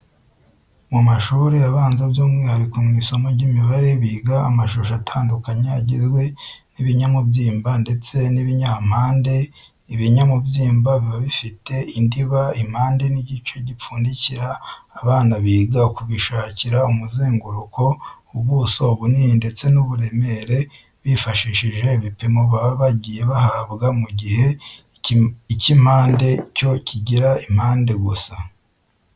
Mu mashuri abanza by'umwihariko mu isomo ry'imibare biga amashusho atandukanye agizwe n'ibinyamubyimba ndetse n'ibinyampande. Ibinyamubyimba kiba gifite indiba, impande n'igice gipfundikira abana biga kubishakira umuzenguruko, ubuso, ubunini ndetse n'uburemere bifashishije ibipimo baba bagiye bahabwa, mu gihe ikimpande cyo kigira impande gusa.